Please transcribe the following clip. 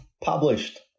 published